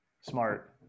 Smart